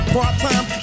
part-time